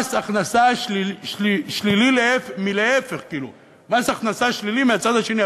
למס הכנסה שלילי מהופך, מס הכנסה שלילי מהצד השני.